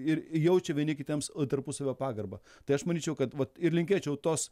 ir jaučia vieni kitiems tarpusavio pagarbą tai aš manyčiau kad vat ir linkėčiau tos